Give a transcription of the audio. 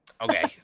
Okay